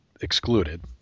Excluded